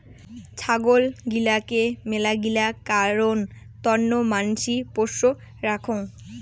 ছাগল গিলাকে মেলাগিলা কারণ তন্ন মানসি পোষ্য রাখঙ